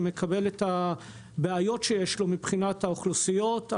ומקבל את הבעיות שיש לו מבחינת האוכלוסיות,